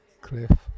Cliff